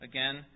Again